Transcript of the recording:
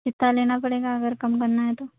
کتا لینا پڑے گا اگر کم کرنا ہے تو